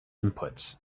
inputs